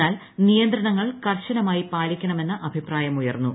എന്നാൽ നിയന്ത്രണങ്ങൾ കർശ്നമായി പാലിക്കണമെന്ന് അഭിപ്രായമുയർന്നു